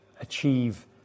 achieve